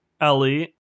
Ellie